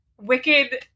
Wicked